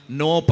no